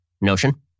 notion